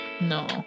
No